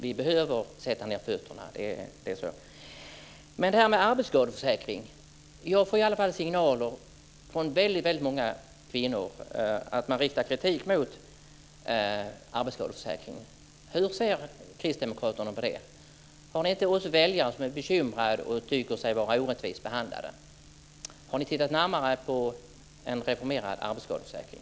Vi behöver sätta ned fötterna. När det gäller arbetsskadeförsäkringen får i alla fall jag signaler från väldigt många kvinnor som är kritiska. Hur ser kristdemokraterna på det? Har ni inte också väljare som är bekymrade och tycker sig orättvist behandlade? Har ni tittat närmare på en reformerad arbetsskadeförsäkring?